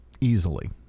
easily